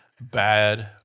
bad